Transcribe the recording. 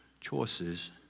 choices